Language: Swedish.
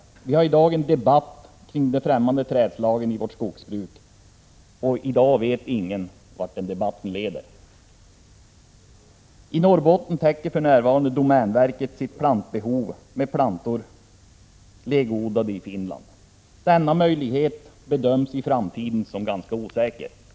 Det förs för närvarande en debatt kring främmande trädslag i vårt skogsbruk, men ingen vet vart den debatten leder. I Norrbotten täcker domänverket för närvarande sitt plantbehov med plantor legoodlade i Finland. Denna möjlighet bedöms som ganska osäker i framtiden.